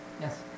Yes